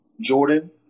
Jordan